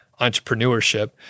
entrepreneurship